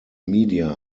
media